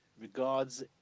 regards